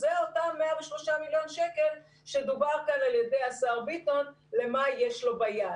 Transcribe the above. אלו אותם 103 מיליון שקלים שדובר כאן על ידי השר ביטון שיש לו ביד.